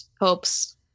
hopes